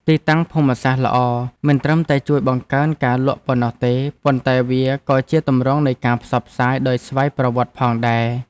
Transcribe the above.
ទីតាំងភូមិសាស្ត្រល្អមិនត្រឹមតែជួយបង្កើនការលក់ប៉ុណ្ណោះទេ ប៉ុន្តែវាក៏ជាទម្រង់នៃការផ្សព្វផ្សាយដោយស្វ័យប្រវត្តិផងដែរ។